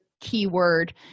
keyword